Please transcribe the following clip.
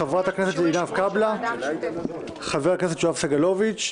חברת הכנסת עינב קבלה, חבר הכנסת יואב סגלוביץ'